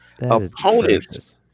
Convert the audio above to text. Opponents